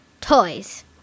toys